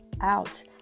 out